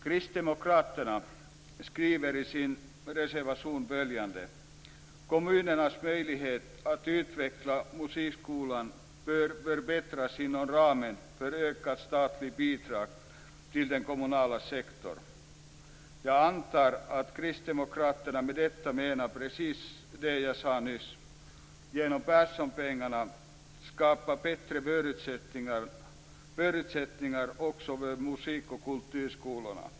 Kristdemokraterna skriver i sin reservation följande: "Kommunernas möjlighet att utveckla musikskolan bör förbättras inom ramen för ett ökat statligt bidrag till den kommunala sektorn." Jag antar att kristdemokraterna med detta menar precis det jag sade nyss: Genom Perssonpengarna skapas bättre förutsättningar också för musik och kulturskolorna.